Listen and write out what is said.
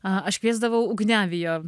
aš kviesdavau ugniavijo